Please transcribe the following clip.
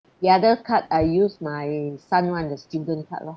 the other card I use my son [one] the student card lor